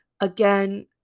Again